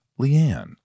Leanne